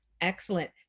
Excellent